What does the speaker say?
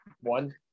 one